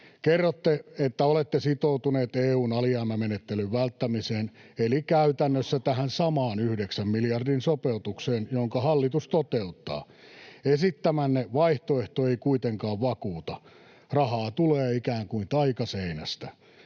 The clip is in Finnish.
Kerrotte, että olette sitoutuneet EU:n alijäämämenettelyn välttämiseen eli käytännössä tähän samaan yhdeksän miljardin sopeutukseen, jonka hallitus toteuttaa. [Timo Harakan välihuuto] Esittämänne vaihtoehto ei kuitenkaan vakuuta: rahaa tulee ikään kuin taikaseinästä.